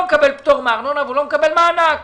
מקבל פטור מארנונה והוא לא מקבל מענק.